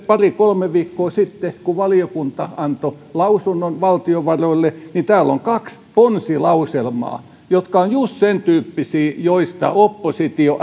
pari kolme viikkoa sitten valiokunta antoi lausunnon valtionvaroille niin täällä on kaksi ponsilauselmaa jotka ovat just sen tyyppisiä mistä oppositio